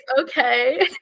Okay